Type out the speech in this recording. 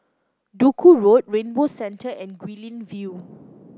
Duku Road Rainbow Centre and Guilin View